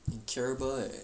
incurable leh